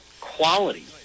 quality